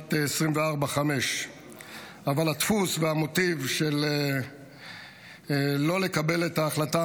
לשנת 2024 2025. אבל הדפוס והמוטיב של לא לקבל את ההחלטה